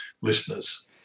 listeners